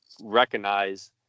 recognize